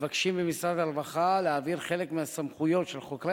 מבקשים ממשרד הרווחה להעביר חלק מהסמכויות של חוקרי